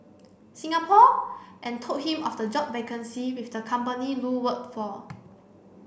Singapore and told him of the job vacancy with the company Lu worked for